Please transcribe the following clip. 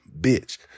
bitch